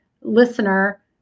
listener